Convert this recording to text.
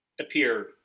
appear